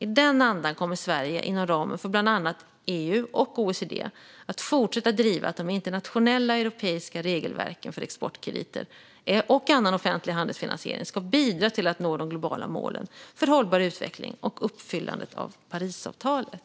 I den andan kommer Sverige inom ramen för bland annat EU och OECD att fortsätta driva att de internationella och europeiska regelverken för exportkrediter och annan offentlig handelsfinansiering ska bidra till att nå de globala målen för hållbar utveckling och uppfyllandet av Parisavtalet.